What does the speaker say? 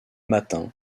matin